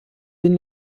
den